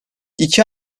iki